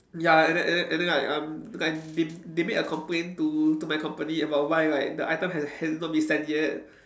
ya and then and then and then like um like they they make a complaint to to my company about why like the item has has not been sent yet